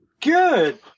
Good